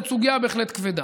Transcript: זאת סוגיה בהחלט כבדה.